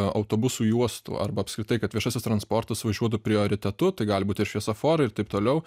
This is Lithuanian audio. autobusų juostų arba apskritai kad viešasis transportas važiuotų prioritetu tai gali būt ir šviesoforai ir taip toliau